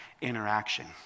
interaction